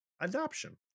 adoption